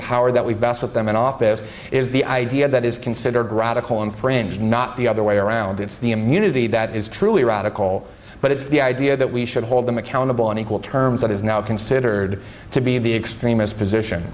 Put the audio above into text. power that we basked them in office is the idea that is considered radical in french not the other way around it's the immunity that is truly radical but it's the idea that we should hold them accountable on equal terms that is now considered to be the explain most position